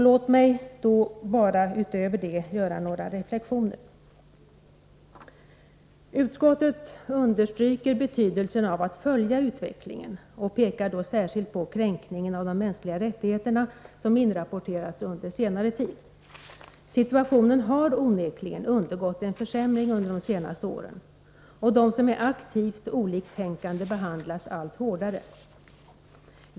Låt mig utöver detta bara göra några reflexioner. Utskottet understryker betydelsen av att följa utvecklingen och pekar då särskilt på kränkningen av de mänskliga rättigheterna, som inrapporterats under senare tid. Situationen har onekligen undergått en försämring under de senaste åren, och de som är aktivt oliktänkande behandlas allt hårdare.